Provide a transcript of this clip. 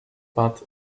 but